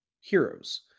heroes